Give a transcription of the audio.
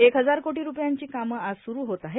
एक हजार कोटी रुपयांची कामं आज सूरु होत आहेत